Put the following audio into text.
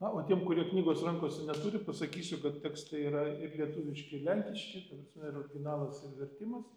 na o tiem kurie knygos rankose neturi pasakysiu kad tekste yra ir lietuviški ir lenkiški ta prasme ir originalas ir vertimas